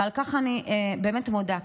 ועל כך אני באמת מודה.